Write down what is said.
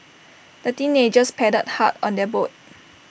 the teenagers paddled hard on their boat